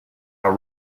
how